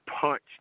punched